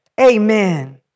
Amen